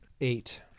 Eight